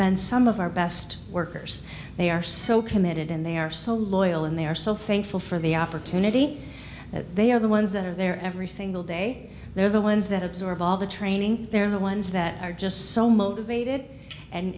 been some of our best workers they are so committed and they are so loyal and they are so thankful for the opportunity they are the ones that are there every single day they're the ones that absorb all the training they're the ones that are just so motivated and